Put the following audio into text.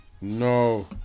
no